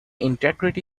integrity